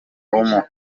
w’umu